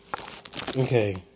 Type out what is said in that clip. Okay